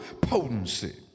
potency